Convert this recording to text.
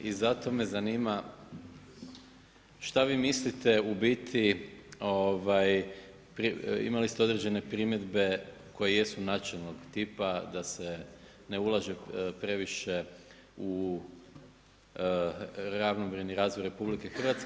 I zato me zanima šta vi mislite u biti, imali ste određene primjedbe koje jesu načelnog tipa da se ne ulaže previše u ravnomjerni razvoj RH.